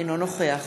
אינו נוכח